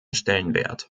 stellenwert